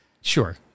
Sure